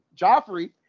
joffrey